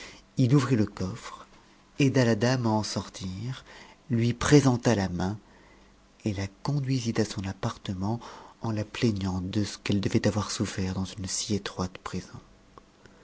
il ouvrit le coffre aida la dame à en sortir lui pré senta la main et la conduisit à son appartement en la plaignant de ce qu'elle devait avoir sounert dans une si étroite prison